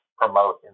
promote